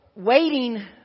Waiting